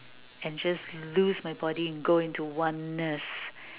and just lose my body in going to oneness